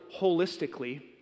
holistically